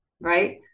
right